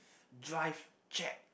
drive check